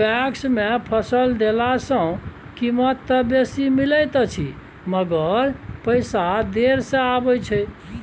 PACS मे फसल देला सॅ कीमत त बेसी मिलैत अछि मगर पैसा देर से आबय छै